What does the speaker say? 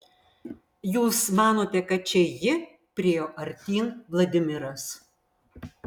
jūs manote kad čia ji priėjo artyn vladimiras